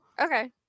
okay